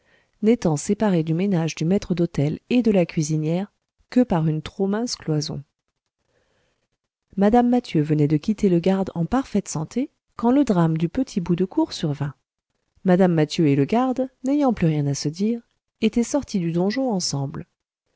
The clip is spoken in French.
n'étant séparée du ménage du maître d'hôtel et de la cuisinière que par une trop mince cloison mme mathieu venait de quitter le garde en parfaite santé quand le drame du petit bout de cour survint mme mathieu et le garde n'ayant plus rien à se dire étaient sortis du donjon ensemble